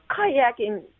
kayaking